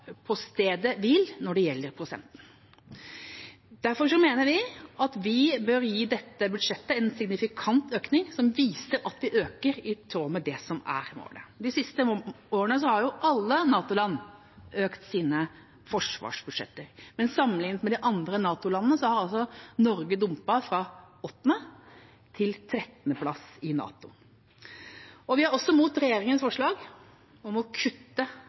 på stedet hvil når det gjelder prosenten. Derfor mener vi at vi bør gi dette budsjettet en signifikant økning som viser at vi øker i tråd med det som er målet. De siste årene har jo alle NATO-land økt sine forsvarsbudsjetter, men sammenlignet med de andre NATO-landene har Norge dumpet fra 8. til 13. plass. Vi er også imot regjeringas forslag om å kutte